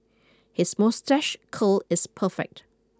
his moustache curl is perfect